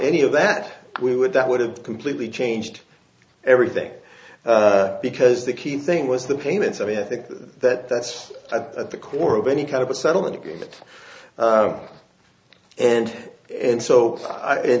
any of that we would that would have completely changed everything because the key thing was the payments and i think that that's at the core of any kind of a settlement agreement and and so